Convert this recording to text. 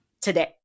Today